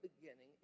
beginning